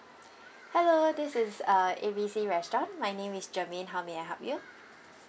hello this is uh A B C restaurant my name is germaine how may I help you